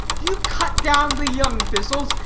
do you cut down the young thistles,